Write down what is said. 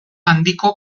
handiko